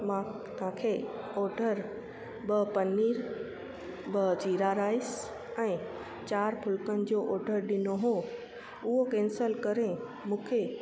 मां तव्हांखे ऑडर ॿ पनीर ॿ जीरा राइस ऐं चारि फुलकनि जो ऑडर ॾिनो हुओ उहो केंसिल करे मूंखे